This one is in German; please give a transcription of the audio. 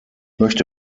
möchte